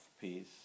peace